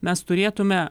mes turėtume